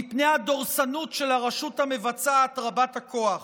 מפני הדורסנות של הרשות המבצעת רבת הכוח,